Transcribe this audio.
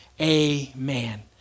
amen